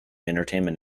entertainment